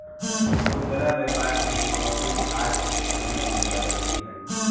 खुदरा व्यापार के स्वरूप आज के समय में बदलित हइ